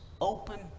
open